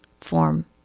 form